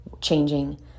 changing